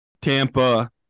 Tampa